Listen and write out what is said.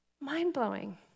Mind-blowing